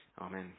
Amen